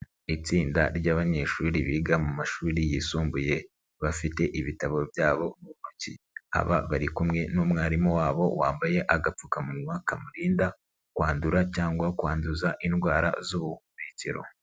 Itsinda ry'abanyeshuri biga mu mashuri yisumbuye, bafite ibitabo byabo mu ntoki. Aba bari kumwe n'umwarimu wabo wambaye agapfukamunwa kamurinda kwandura cyangwa kwanduza indwara z'ubuhumekero.